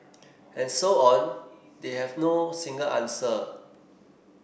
and so on that have no single answer